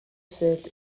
served